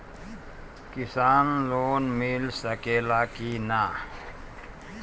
किसान लोन मिल सकेला कि न?